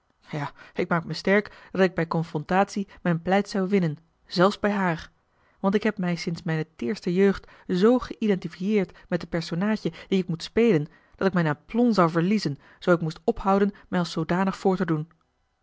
ja ik maak mij sterk dat ik bij confrontatie mijn pleit zou winnen zelfs bij haar want ik heb mij sinds mijne teêrste jeugd zoo geïdentifieerd met de personaadje die ik moet spelen dat ik mijn aplomb zou verliezen zoo ik moest ophouden mij als zoodanig voor te doen